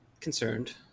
concerned